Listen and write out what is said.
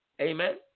amen